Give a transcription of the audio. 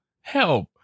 help